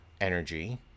energy